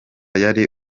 yari